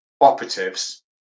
operatives